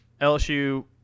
LSU